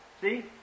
See